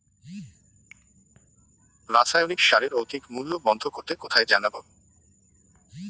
রাসায়নিক সারের অধিক মূল্য বন্ধ করতে কোথায় জানাবো?